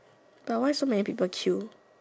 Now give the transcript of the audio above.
but why so many people queue